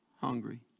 hungry